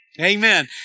Amen